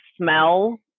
smell